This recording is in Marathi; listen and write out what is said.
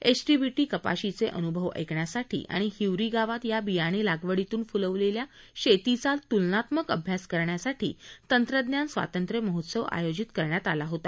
एचटीबीटी कपाशीचे अनुभव ऐकण्यासाठी आणि हिवरी गावात या बियाणे लागवडीतून फुलविलेल्या शेतीचा तुलनात्मक अभ्यास करण्यासाठी तंत्रज्ञान स्वातंत्र्य महोत्सव आयोजित करण्यातआला होता